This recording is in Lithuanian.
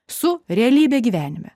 su realybe gyvenime